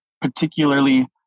particularly